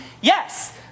Yes